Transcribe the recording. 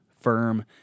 firm